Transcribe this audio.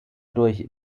durch